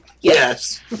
yes